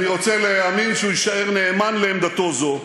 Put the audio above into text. אני רוצה להאמין שהוא יישאר נאמן לעמדתו זו,